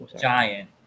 giant